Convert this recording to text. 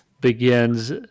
begins